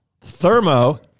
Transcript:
thermo